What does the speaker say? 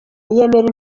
yemera